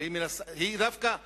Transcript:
היא דווקא משקיעה,